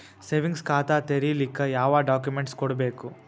Savings ಖಾತಾ ತೇರಿಲಿಕ ಯಾವ ಡಾಕ್ಯುಮೆಂಟ್ ಕೊಡಬೇಕು?